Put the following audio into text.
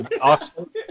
Awesome